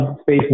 space